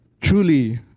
truly